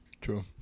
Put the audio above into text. True